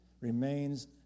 remains